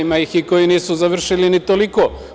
Ima ih koji nisu završili ni toliko.